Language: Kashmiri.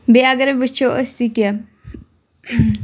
بیٚیہِ اگرے وٕچھو أسۍ یہِ کہِ